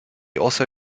also